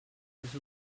als